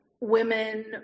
women